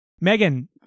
Megan